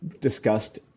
discussed